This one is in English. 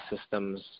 systems